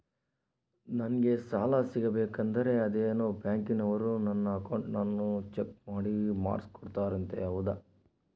ನಂಗೆ ಸಾಲ ಸಿಗಬೇಕಂದರ ಅದೇನೋ ಬ್ಯಾಂಕನವರು ನನ್ನ ಅಕೌಂಟನ್ನ ಚೆಕ್ ಮಾಡಿ ಮಾರ್ಕ್ಸ್ ಕೋಡ್ತಾರಂತೆ ಹೌದಾ?